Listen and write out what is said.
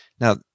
now